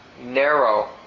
narrow